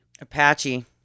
Apache